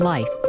Life